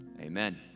amen